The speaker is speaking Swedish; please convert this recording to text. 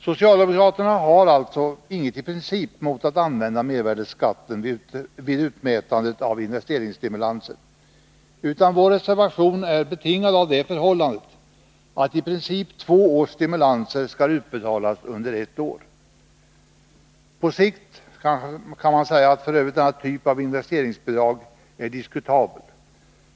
Socialdemokraterna har i princip ingenting emot att använda mervärdeskatten vid utmätandet av investeringsstimulanser, utan vår reservation är betingad av det förhållandet att regeringsförslaget innebär att i princip två års stimulanser skall utbetalas under ett år. Man kan f. ö. säga att på sikt är denna typ av investeringsbidrag diskutabel.